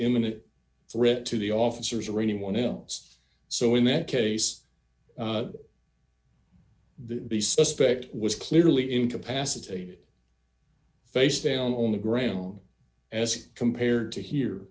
imminent threat to the officers or anyone else so in that case the suspect was clearly incapacitated face down on the ground as compared to here